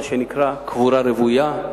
מה שנקרא קבורה רוויה,